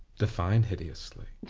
define hideously.